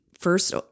first